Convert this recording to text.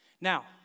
Now